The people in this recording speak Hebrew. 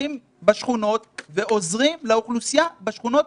שהולכים בשכונות ועוזרים לאוכלוסייה בשכונות,